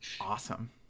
Awesome